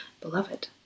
beloved